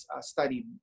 studied